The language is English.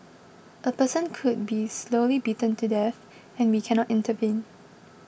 a person could be slowly beaten to death and we cannot intervene